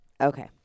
Okay